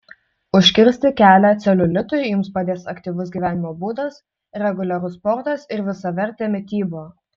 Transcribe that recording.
užkirsti kelią celiulitui jums padės aktyvus gyvenimo būdas reguliarus sportas ir visavertė mityba